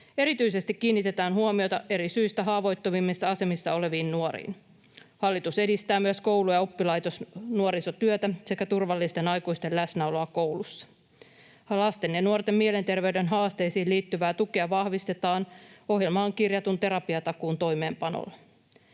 Erityisesti kiinnitetään huomiota eri syistä haavoittuvimmissa asemissa oleviin nuoriin. Hallitus edistää myös koulu- ja oppilaitosnuorisotyötä sekä turvallisten aikuisten läsnäoloa koulussa. Lasten ja nuorten mielenterveyden haasteisiin liittyvää tukea vahvistetaan ohjelmaan kirjatun terapiatakuun toimeenpanolla.